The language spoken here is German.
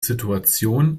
situation